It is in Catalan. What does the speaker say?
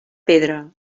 pedra